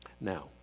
Now